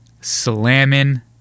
slamming